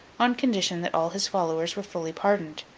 on condition that all his followers were fully pardoned.